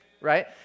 right